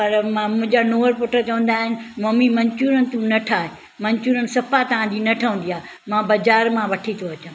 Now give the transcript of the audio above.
पर मुंहिंजा नुंहंरु पुटु चवंदा आहिनि ममी मंचूरियन तूं न ठाहे मंचूरियन सफ़ा तव्हांजी न ठहंदी आहे मां बाज़ार मां वठी थो अचां